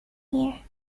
here